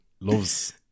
loves